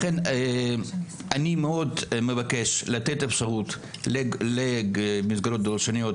לכן אני מאוד מבקש לתת אפשרות למסגרות דו לשוניות